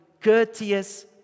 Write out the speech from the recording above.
courteous